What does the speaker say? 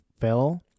fell